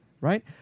Right